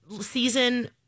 season